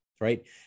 right